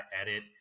edit